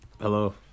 Hello